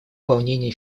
волнение